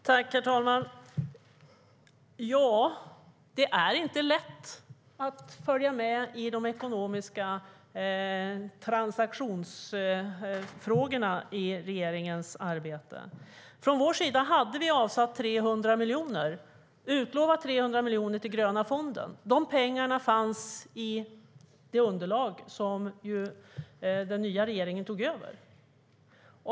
Herr talman! Det är inte lätt att följa med i de ekonomiska transaktionsfrågorna i regeringens arbete.Från vår sida hade vi avsatt och utlovat 300 miljoner till den gröna fonden. De pengarna fanns i det underlag som den nya regeringen tog över.